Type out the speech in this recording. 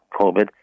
COVID